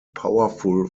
powerful